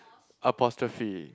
apostrophe